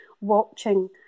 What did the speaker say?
watching